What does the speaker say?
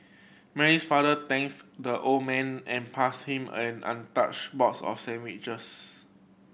Mary's father thanks the old man and passed him an untouched box of sandwiches